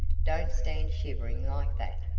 don't stand shivering like that.